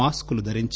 మాస్కులు ధరించి